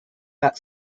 not